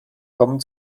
kommen